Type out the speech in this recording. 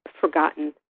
forgotten